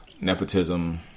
nepotism